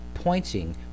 pointing